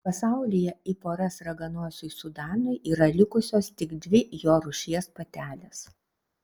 pasaulyje į poras raganosiui sudanui yra likusios tik dvi jo rūšies patelės